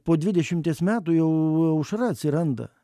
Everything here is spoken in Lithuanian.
po dvidešimties metų jau aušra atsiranda